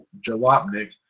Jalopnik